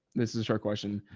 this is our question.